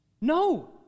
No